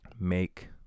make